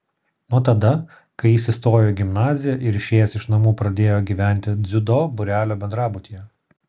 nuo tada kai jis įstojo į gimnaziją ir išėjęs iš namų pradėjo gyventi dziudo būrelio bendrabutyje